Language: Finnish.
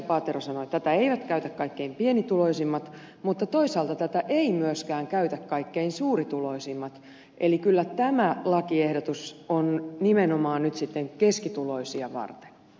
paatero sanoi kaikkein pienituloisimmat mutta toisaalta tätä eivät myöskään käytä kaikkein suurituloisimmat eli kyllä tämä lakiehdotus on nimenomaan nyt sitten keskituloisia varten